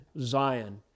Zion